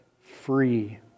free